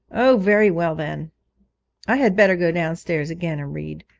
oh, very well then i had better go downstairs again and read.